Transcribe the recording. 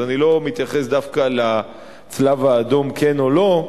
אז אני לא מתייחס דווקא ל"צלב האדום" כן או לא,